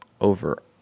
over